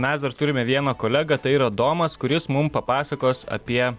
mes dar turime vieną kolegą tai yra domas kuris mum papasakos apie